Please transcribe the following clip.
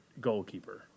goalkeeper